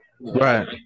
right